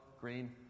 green